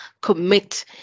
commit